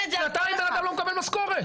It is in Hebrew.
שנתיים בן אדם לא מקבל משכורת.